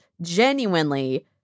genuinely